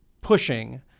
pushing